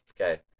Okay